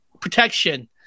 protection